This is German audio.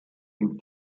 und